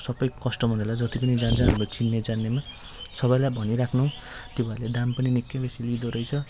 सबै कस्टमरहरूलाई जति पनि जा जा हाम्रो चिन्नेजान्नेमा सबैलाई भनिराख्नु तिनीहरूले दाम पनि निकै बेसी लिँदोरहेछ